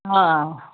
अँ